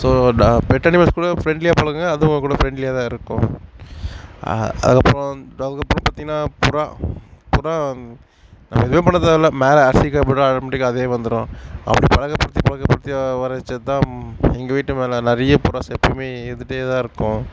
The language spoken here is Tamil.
ஸோ ட பெட் அனிமல்ஸ் கூட ஃப்ரெண்ட்லியாக பழகுங்க அதுவும் உங்கள்கூட ஃப்ரெண்ட்லியாகதான் இருக்கும் அதுக்கப்புறம் டாக் அப்புறம் பார்த்திங்கன்னா புறா புறா நம்ம எதுவுமே பண்ணத் தேவையில்ல மேலே அரிசி காய போட்டால் ஆட்டோமெட்டிக்காக அதே வந்துடும் அப்படி பழக்கப்படுத்தி பழக்கப்படுத்தி வர வைச்சதுதான் எங்கள் வீட்டு மேலே நிறைய புறாஸ் எப்பேயுமே இருந்துகிட்டேதான் இருக்கும்